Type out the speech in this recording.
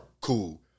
cool